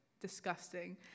disgusting